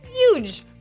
huge